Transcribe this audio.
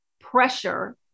pressure